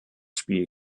spiel